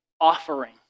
offering